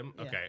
Okay